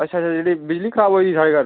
अच्छा अच्छा जेह्ड़ी बिजली खराब होई दी थुआढ़े घर